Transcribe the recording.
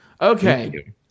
Okay